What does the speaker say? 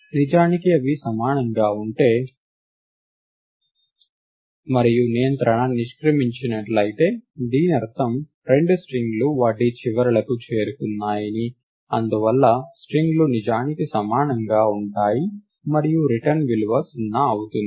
నిజానికి అవి సమానంగా ఉంటే మరియు నియంత్రణ నిష్క్రమించినట్లయితే దీనర్థం రెండు స్ట్రింగ్లు వాటి చివరలకు చేరుకున్నాయని అందువల్ల స్ట్రింగ్లు నిజానికి సమానంగా ఉంటాయి మరియు రిటర్న్ విలువ 0 అవుతుంది